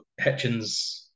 Hitchens